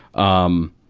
um,